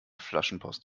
flaschenpost